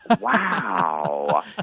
wow